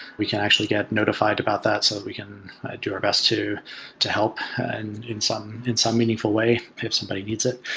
we can actually get notified about that so that we can do our best to to help in some in some meaningful way if somebody needs it.